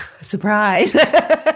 Surprise